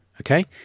Okay